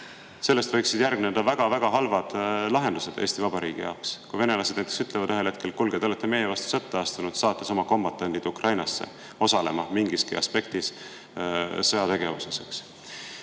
Sellest võiksid [tuleneda] väga-väga halvad lahendused Eesti Vabariigi jaoks. Venelased ütlevad ühel hetkel, et kuulge, te olete meie vastu sõtta astunud, saates oma kombatandid Ukrainasse osalema mingis aspektis sõjategevuses.